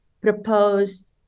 proposed